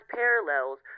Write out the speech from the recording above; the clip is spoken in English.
parallels